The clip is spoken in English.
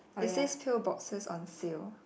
isn't pillboxes on sale